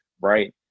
right